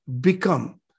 Become